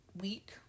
week